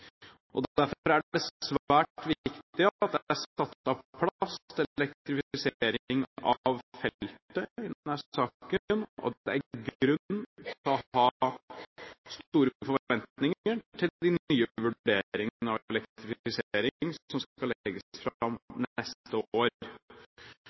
Derfor er det svært viktig at det er satt av plass til elektrifisering av feltet i denne saken, og det er grunn til å ha store forventninger til de nye vurderingene av elektrifisering som skal legges fram